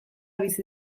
bizi